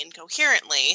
incoherently